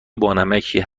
بانمکیه